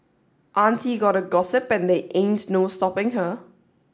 auntie gotta gossip and there ain't no stopping her